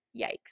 Yikes